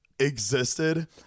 existed